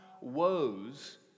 woes